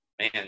man